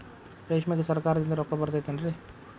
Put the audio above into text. ರೇಷ್ಮೆಗೆ ಸರಕಾರದಿಂದ ರೊಕ್ಕ ಬರತೈತೇನ್ರಿ?